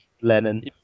Lennon